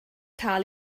cael